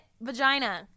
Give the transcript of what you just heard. vagina